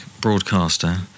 broadcaster